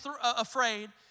afraid